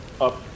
up